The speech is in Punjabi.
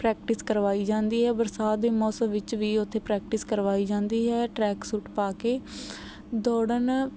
ਪ੍ਰੈਕਟਿਸ ਕਰਵਾਈ ਜਾਂਦੀ ਹੈ ਬਰਸਾਤ ਦੇ ਮੌਸਮ ਵਿੱਚ ਵੀ ਉੱਥੇ ਪ੍ਰੈਕਟਿਸ ਕਰਵਾਈ ਜਾਂਦੀ ਹੈ ਟਰੈਕ ਸੂਟ ਪਾ ਕੇ ਦੌੜਨ